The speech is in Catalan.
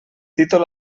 títol